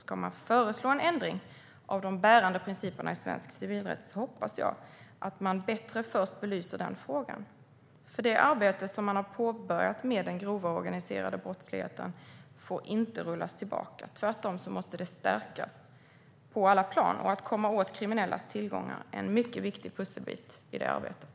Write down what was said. Om man ska föreslå en ändring av de bärande principerna i svensk civilrätt hoppas jag att man först bättre belyser den frågan. Det arbete som man har påbörjat med den grova organiserade brottsligheten får inte rullas tillbaka. Tvärtom måste det stärkas på alla plan. Att komma åt kriminellas tillgångar är en mycket viktig pusselbit i det arbetet.